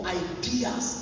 ideas